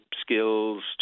skills